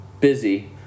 busy